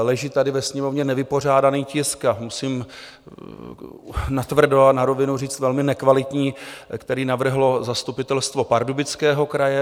Leží tady ve Sněmovně nevypořádaný tisk, a musím natvrdo a na rovinu říct, velmi nekvalitní, který navrhlo Zastupitelstvo Pardubického kraje.